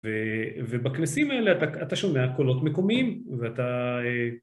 ובכנסים האלה אתה שומע קולות מקומיים, ואתה...